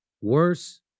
worse